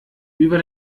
über